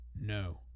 No